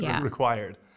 required